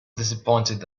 disappointed